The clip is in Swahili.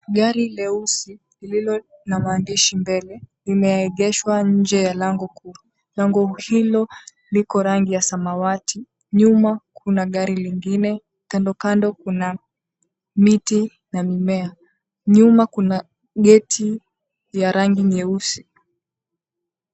Gari leusi, lililo na maandishi mbele, limeegeshwa nje ya lango kuu. Lango hilo liko rangi ya samawati. Nyuma kuna gari lingine, kando kando kuna miti na mimea. Nyuma kuna gate ya rangi nyeusi.